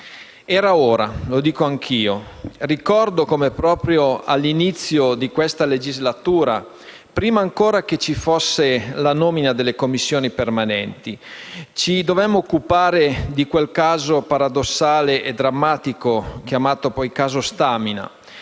io: era ora! Ricordo che proprio all'inizio di questa legislatura, prima ancora che ci fosse la nomina delle Commissioni permanenti, ci dovemmo occupare di quel caso paradossale e drammatico, chiamato poi caso Stamina,